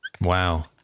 Wow